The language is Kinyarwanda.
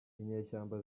inyeshyamba